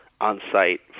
on-site